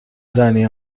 زنی